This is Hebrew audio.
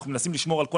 אנחנו מנסים לשמור על כל